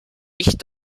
ich